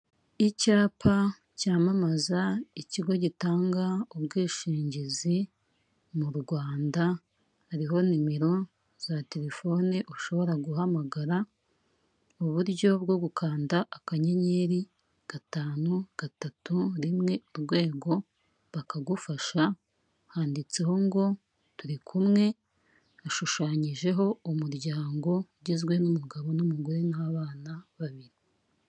Icyapa cyamamaza ikigo gitanga ubwishingizi mu Rwanda hariho nimero za telefone ushobora guhamagara uburyo bwo gukanda akanyenyeri gatanu gatatu rimwe urwego bakagufasha handitseho ngo turikumwe ashushanyijeho umuryango ugizwe n'umugabo n'umugore n'abana babiri